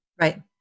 right